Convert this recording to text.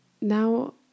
Now